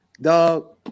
Dog